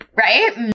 right